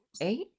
eight